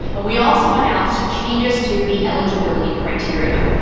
and we also announced changes to the eligibility criteria.